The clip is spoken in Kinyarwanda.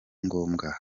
ngombwa